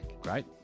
Great